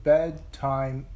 Bedtime